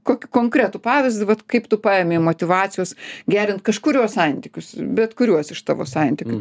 kokį konkretų pavyzdį vat kaip tu paėmei motyvacijos gerint kažkurios santykius bet kuriuos iš tavo santykių